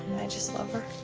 i just love